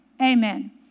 amen